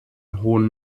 hohen